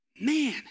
Man